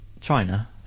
China